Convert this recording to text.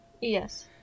Yes